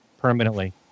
permanently